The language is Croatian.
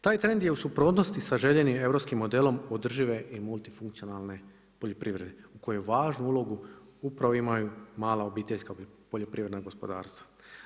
Taj trend je u suprotnosti sa željenim europskim modelom održive i multifunkcionalne poljoprivrede, u kojoj važnu ulogu upravo imaju mala obiteljska poljoprivredna gospodarstva.